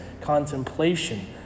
contemplation